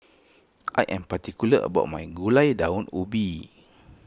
I am particular about my Gulai Daun Ubi